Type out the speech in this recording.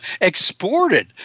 exported